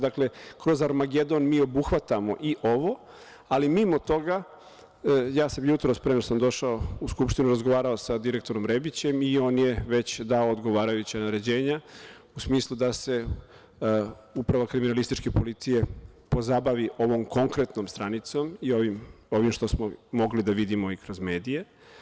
Dakle, kroz „Armagedon“ mi obuhvatamo i ovo, ali mimo toga ja sam jutros pre nego što sam došao u Skupštinu razgovarao sa direktorom Rebićem i on je već dao odgovarajuća naređenja, u smislu da se Uprava kriminalističke policije pozabavi ovom konkretnom stranicom i ovim što smo mogli da vidimo i kroz medije.